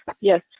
yes